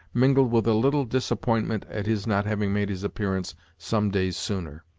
mingled with a little disappointment at his not having made his appearance some days sooner.